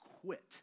quit